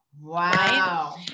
wow